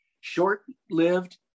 short-lived